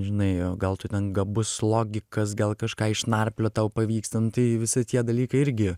žinai gal tu ten gabus logikas gal kažką išnarpliot tau pavyks ten tai visi tie dalykai irgi